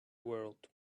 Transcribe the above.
world